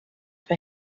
for